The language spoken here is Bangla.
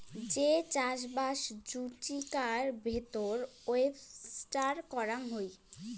যে চাষবাস জুচিকার ভিতর ওয়েস্টার করাং হই